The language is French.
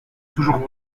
toujours